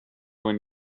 when